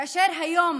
כאשר היום